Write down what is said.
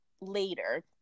later